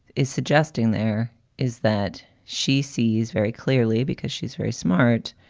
is suggesting there is that she sees very clearly because she's very smart,